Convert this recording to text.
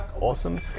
awesome